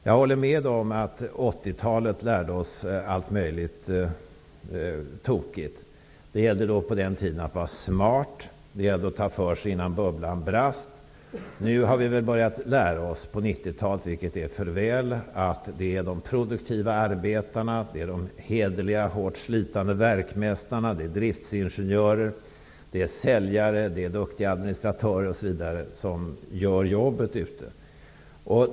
Jag håller med om att 80-talet lärde oss allt möjligt tokigt. Det gällde på den tiden att vara smart. Det gällde att ta för sig innan bubblan brast. Nu på 90 talet har vi börjat lära oss, vilket är för väl, att det är produktiva arbetare, hederliga, hårt slitande verkmästare, driftsingenjörer, säljare, duktiga administratörer osv. som gör jobbet.